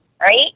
right